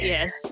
Yes